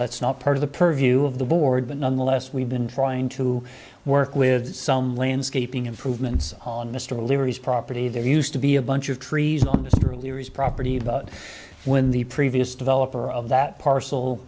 that's not part of the purview of the board but nonetheless we've been trying to work with some landscaping improvements on mr leary's property there used to be a bunch of trees on this property but when the previous developer of that parcel